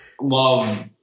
love